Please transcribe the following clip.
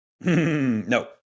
No